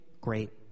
great